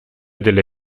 delle